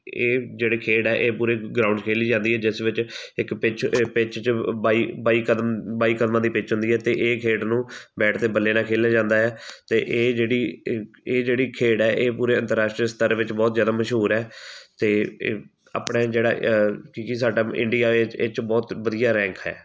ਇਹ ਜਿਹੜੇ ਖੇਡ ਹੈ ਇਹ ਪੂਰੇ ਗਰਾਊਂਡ 'ਚ ਖੇਲੀ ਜਾਂਦੀ ਹੈ ਜਿਸ ਵਿੱਚ ਇੱਕ ਪਿੱਚ ਪਿੱਚ 'ਚ ਬਾਈ ਬਾਈ ਕਦਮ ਬਾਈ ਕਦਮਾਂ ਦੀ ਪਿੱਚ ਹੁੰਦੀ ਹੈ ਅਤੇ ਇਹ ਖੇਡ ਨੂੰ ਬੈਟ ਅਤੇ ਬੱਲੇ ਨਾਲ ਖੇਡਿਆ ਜਾਂਦਾ ਹੈ ਅਤੇ ਇਹ ਜਿਹੜੀ ਇ ਇਹ ਜਿਹੜੀ ਖੇਡ ਹੈ ਇਹ ਪੂਰੇ ਅੰਤਰਰਾਸ਼ਟਰੀ ਸਤਰ ਵਿੱਚ ਬਹੁਤ ਜ਼ਿਆਦਾ ਮਸ਼ਹੂਰ ਹੈ ਅਤੇ ਇਹ ਆਪਣਾ ਜਿਹੜਾ ਕਿਉਂਕਿ ਸਾਡਾ ਇੰਡੀਆ ਹੈ ਇਹ 'ਚ ਬਹੁਤ ਵਧੀਆ ਰੈਂਕ ਹੈ